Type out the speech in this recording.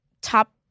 top